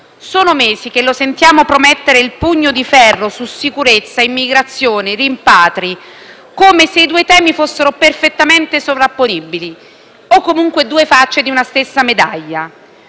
Sono mesi che lo sentiamo promettere il pugno di ferro su sicurezza, immigrazione, rimpatri, come se i due temi fossero perfettamente sovrapponibili o comunque due facce di una stessa medaglia,